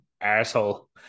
asshole